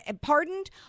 pardoned